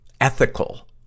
ethical